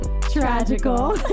Tragical